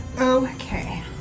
Okay